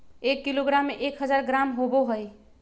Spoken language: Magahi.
एक किलोग्राम में एक हजार ग्राम होबो हइ